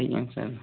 ଆଜ୍ଞା ସାର୍